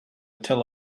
tell